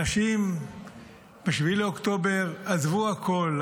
אנשים ב-7 באוקטובר עזבו הכול,